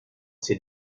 ces